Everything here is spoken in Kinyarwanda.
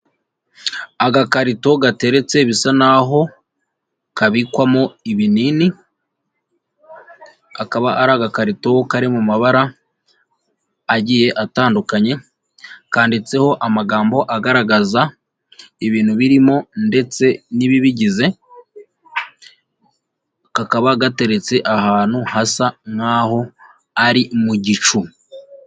Agakarito gateretse bisa n'aho kabikwamo ibinini, kakaba ari agakarito kari mu mabara agiye atandukanye, kanditseho amagambo agaragaza ibintu birimo ndetse n'ibibigize, kakaba gateretse ahantu hasa nk'aho ari mu gicu.